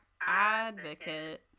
advocate